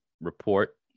report